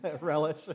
Relish